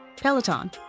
Peloton